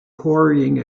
quarrying